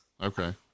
Okay